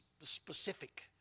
specific